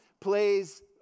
plays